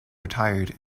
retired